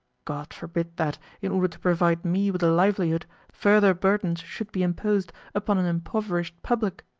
god forbid that, in order to provide me with a livelihood further burdens should be imposed upon an impoverished public!